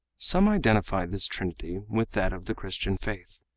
some identify this trinity with that of the christian faith.